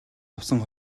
авсан